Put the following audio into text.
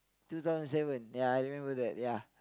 two thousand seven ya I remember that ya